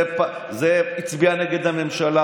זה הצביע נגד הממשלה,